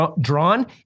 drawn